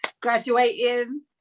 Graduating